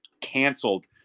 canceled